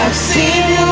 c